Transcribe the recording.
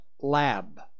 lab